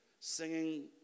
Singing